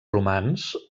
romanç